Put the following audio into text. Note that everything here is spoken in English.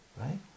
Right